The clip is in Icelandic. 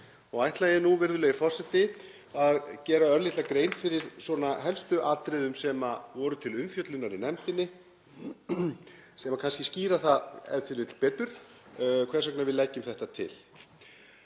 Ætla ég nú, virðulegi forseti, að gera örlitla grein fyrir helstu atriðum sem voru til umfjöllunar í nefndinni sem skýra það e.t.v. betur hvers vegna við leggjum þetta til.